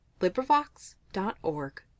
Librivox.org